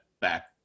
back